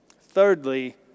thirdly